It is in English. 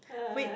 wait